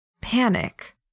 Panic